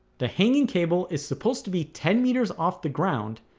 the hanging cable is supposed to be ten meters off the ground,